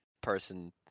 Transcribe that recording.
person